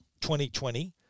2020